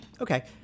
Okay